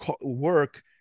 work